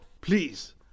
Please